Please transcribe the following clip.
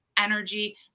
energy